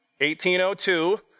1802